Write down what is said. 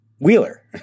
Wheeler